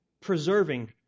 preserving